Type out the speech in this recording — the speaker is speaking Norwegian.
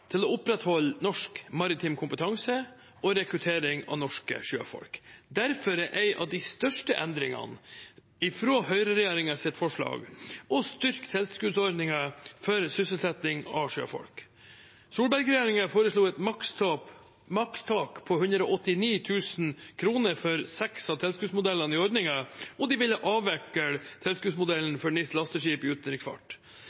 til å opprettholde norsk maritim kompetanse og rekruttering av norske sjøfolk. Derfor er en av de største endringene fra høyreregjeringens forslag å styrke tilskuddsordningen for sysselsetting av sjøfolk. Solberg-regjeringen foreslo et makstak på 189 000 kr for seks av tilskuddsmodellene i ordningen, og den ville avvikle